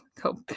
go